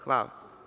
Hvala.